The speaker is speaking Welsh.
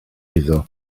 iddo